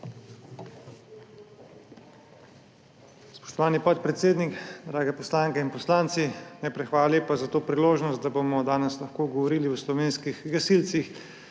Spoštovani podpredsednik, drage poslanke in poslanci! Najprej hvala lepa za to priložnost, da bomo danes lahko govorili o slovenskih gasilcih,